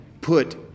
put